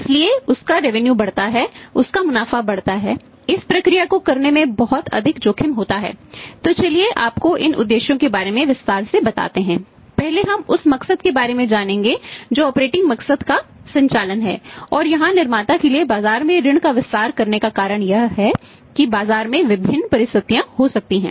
इसलिए उसका रेवेन्यू मकसद का संचालन है और यहां निर्माता के लिए बाजार में ऋण का विस्तार करने का कारण यह है कि बाजार में विभिन्न परिस्थितियां हो सकती है